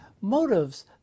Motives